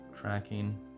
tracking